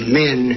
men